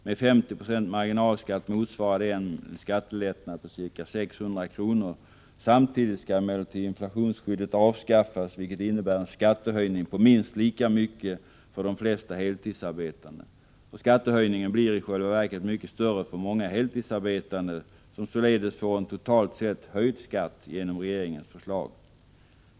Med 50 96 marginalskatt motsvarar det en skattelättnad på ca 600 kr. Samtidigt skall emellertid inflationsskyddet avskaffas, vilket innebär en skattehöjning på minst lika mycket för de flesta heltidsarbetande. Skattehöjningen blir i själva verket mycket större för många heltidsarbetande, som således får en totalt sett höjd skatt genom regeringens förslag.